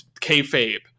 kayfabe